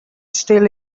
still